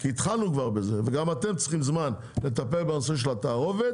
כי התחלנו כבר בזה וגם אתם צריכים זמן לטפל בנושא של התערובת,